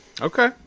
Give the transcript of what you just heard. Okay